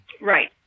Right